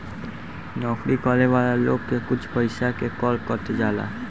नौकरी करे वाला लोग के कुछ पइसा के कर कट जाला